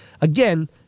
again